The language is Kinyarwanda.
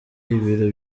ibiro